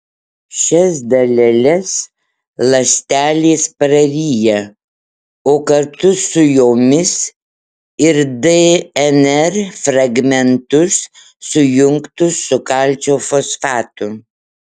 šias daleles ląstelės praryja o kartu su jomis ir dnr fragmentus sujungtus su kalcio fosfatu